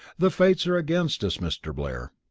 the fates are against us, mr. blair.